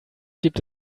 gibt